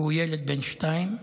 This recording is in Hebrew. והוא ילד בן שנתיים,